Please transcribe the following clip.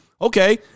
okay